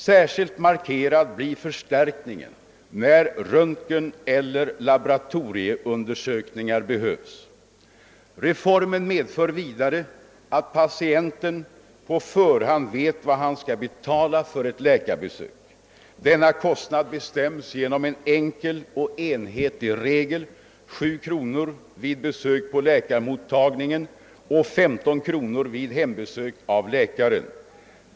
Särskilt markerad blir förstärkningen när röntgeneller laboratorieundersökningar behövs. Reformen medför vidare att patienten på förhand vet vad han skall betala för ett läkarbesök. Denna kostnad bestäms genom en enkel och enhetlig regel — 7 kronor vid besök på läkarmottagningen och 15 kronor vid hembesök av läkaren.